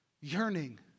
yearning